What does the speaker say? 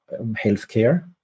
healthcare